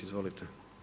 Izvolite.